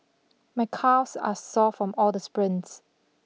my calves are sore from all the sprints